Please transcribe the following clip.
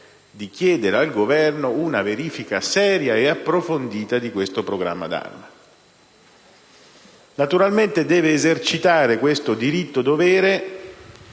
di chiedere al Governo una verifica seria e approfondita di questo programma d'arma. Naturalmente deve esercitare questo diritto-dovere